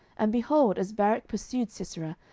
and, behold, as barak pursued sisera,